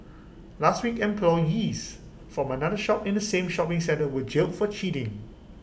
last week employees from another shop in the same shopping centre were jailed for cheating